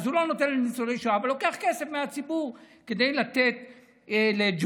אז הוא לא נותן לניצולי שואה ולוקח כסף מהציבור כדי לתת לג'ובים,